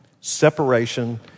Separation